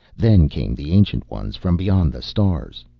then came the ancient ones from beyond the stars.